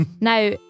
Now